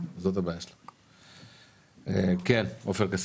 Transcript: עופר כסיף,